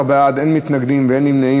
16 בעד, אין מתנגדים ואין נמנעים.